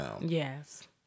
Yes